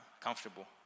comfortable